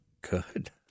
Good